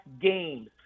games